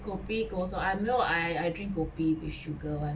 kopi kosong I'm you know I I drink kopi with sugar [one]